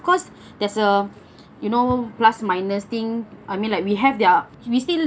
course there's a you know plus minus thing I mean like we have their we still